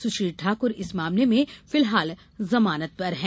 सुश्री ठाकुर इस मामले में फिलहाल जमानत पर हैं